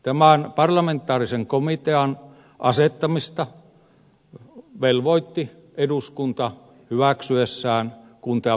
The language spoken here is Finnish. tämän parlamentaarisen komitean asettamista velvoitti eduskunta hyväksyessään kunta ja palvelurakenneuudistuksen selonteon